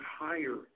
higher